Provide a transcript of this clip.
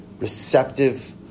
receptive